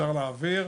אפשר להעביר.